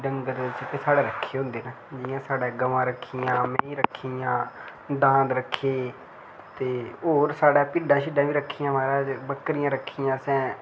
डंगर जेह्ड़े साढ़े रक्खे दे होंदे न जियां साढ़े गवां रक्खी दियां न मेहीं रक्खी दियां न दांद रक्खे दे ते होर साढ़े भिड्ढां शिड्ढां बी रक्खी दियां महाराज बक्करियां रक्खी दियां असें